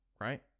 Right